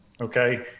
Okay